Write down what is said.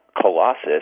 colossus